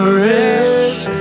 rich